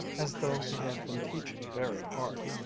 as though he had been teaching very hard.